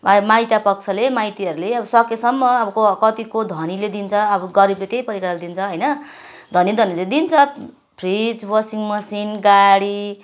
अब माइतपक्षले माइतीहरूले अब सकेसम्म अब को कतिको धनीले दिन्छ अब गरिबले त्यही परिकारले दिन्छ होइन धनी धनीले दिन्छ फ्रिज वसिङ मेसिन गाडी